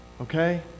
Okay